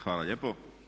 Hvala lijepo.